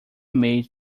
made